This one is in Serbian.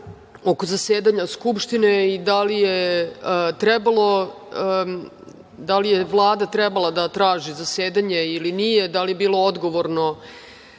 oko zasedanja Skupštine i da li je trebalo, da li je Vlada trebala da traži zasedanje ili nije, da li je bilo odgovorno